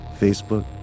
Facebook